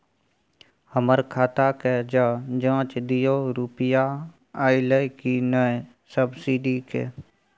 हमर खाता के ज जॉंच दियो रुपिया अइलै की नय सब्सिडी के?